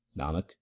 Nanak